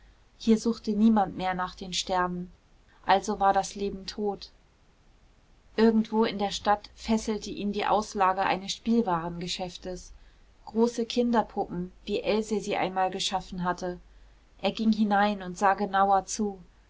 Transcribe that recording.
hier suchte niemand mehr nach den sternen also war das leben tot irgendwo in der stadt fesselte ihn die auslage eines spielwarengeschäftes große kinderpuppen wie else sie einmal geschaffen hatte er ging hinein und sah genauer zu